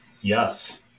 Yes